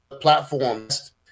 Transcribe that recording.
platforms